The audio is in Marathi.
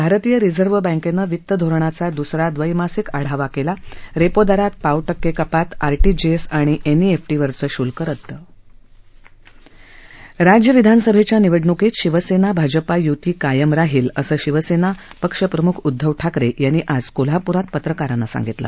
भारतीय रिझर्व्ह बँकेचा वितधोरणाचा दुसरा दवैमासिक आढावा केला रेपो दरात पाव टक्के कपात आरटीजीएस आणि एनईएफटीवरचं शुल्क रदद राज्य विधानसभेच्या निवडणूकीत शिवसेना भाजपा यूती कायम राहील असं शिवसेना अध्यक्ष उदधव ठाकरे यांनी आज कोल्हापुरात पत्रकारांना सांगितलं